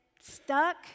stuck